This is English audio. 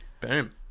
Boom